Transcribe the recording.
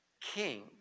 king